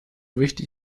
wichtig